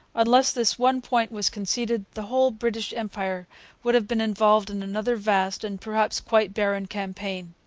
unless this one point was conceded the whole british empire would have been involved in another vast, and perhaps quite barren, campaign.